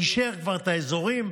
אישר כבר את האזורים.